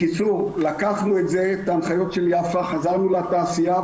נראה לי שיש קונצנזוס ברור